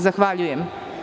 Zahvaljujem.